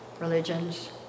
religions